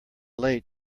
late